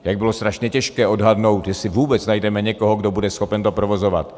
Jak bylo strašně těžké odhadnout, jestli vůbec najdeme někoho, kdo bude schopen to provozovat.